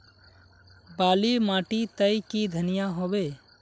बाली माटी तई की धनिया होबे?